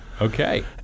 Okay